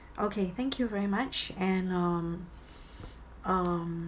okay thank you very much and um um